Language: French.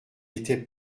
était